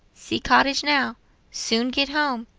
see cottage now soon get home,